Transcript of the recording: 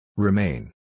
Remain